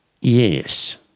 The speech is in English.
Yes